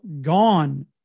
gone